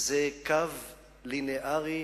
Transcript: זה קו ליניארי